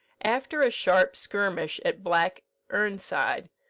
after a sharp skirmish at black erneside,